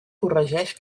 corregeix